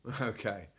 Okay